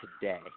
today